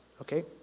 okay